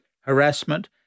harassment